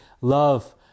love